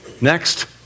Next